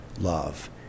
love